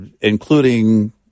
including